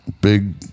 big